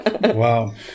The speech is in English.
Wow